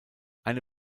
eine